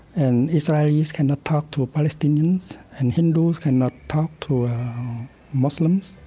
and israelis cannot talk to palestinians, and hindus cannot talk to muslims.